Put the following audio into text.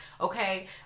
Okay